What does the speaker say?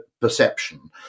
perception